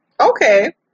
Okay